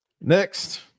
Next